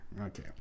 Okay